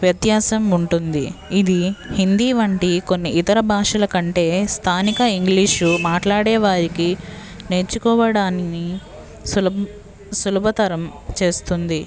వ్యత్యాసం ఉంటుంది ఇది హిందీ వంటి ఇతర భాషల కంటే స్థానిక ఇంగ్లీషు మాట్లాడేవారికి నేర్చుకోవడాన్ని సులభ్ సులభతరం చేస్తుంది